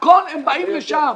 בשביל הכול הם באים לשם.